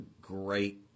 great